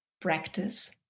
practice